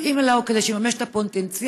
מתאים לו כדי שיממש את הפוטנציאל.